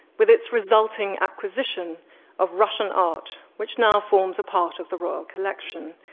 with its resulting acquisition of russian art, which now forms a part of the royal collection.